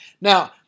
Now